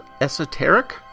esoteric